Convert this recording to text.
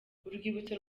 urwibutso